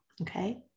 okay